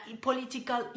political